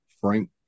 Frank